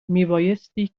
میبایستی